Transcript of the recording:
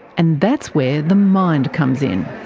and that's where the mind comes in.